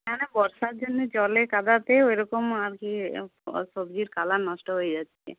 না না বর্ষার জন্যে জলে কাদাতে ওই রকম আগে ও সবজির কালার নষ্ট হয়ে যাচ্ছে